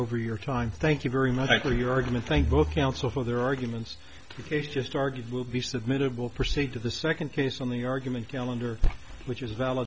over your time thank you very much for your argument thank both council for their arguments just argued will be submitted will proceed to the second case on the argument calendar which is valid